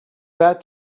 that